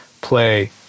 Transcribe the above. play